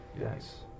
Yes